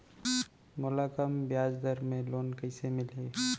मोला कम ब्याजदर में लोन कइसे मिलही?